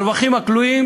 הרווחים הכלואים